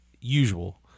usual